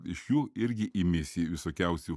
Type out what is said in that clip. iš jų irgi imiesi visokiausių